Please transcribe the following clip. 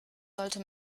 sollte